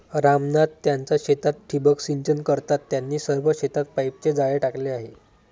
राम नाथ त्यांच्या शेतात ठिबक सिंचन करतात, त्यांनी सर्व शेतात पाईपचे जाळे टाकले आहे